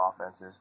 offenses